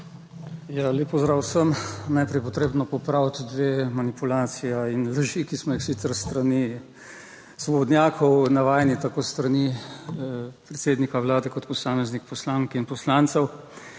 Ja, lep pozdrav vsem! Najprej je potrebno popraviti dve manipulacije in laži, ki smo jih sicer s strani svobodnjakov navajeni, tako s strani predsednika Vlade kot posameznih poslank in poslancev.